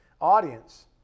Audience